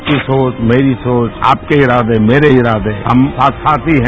आपकी सोच मेरी सोच आपके इतादे मेरे इतादे हम साथ साथ ही हैं